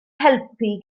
helpu